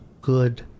good